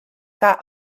got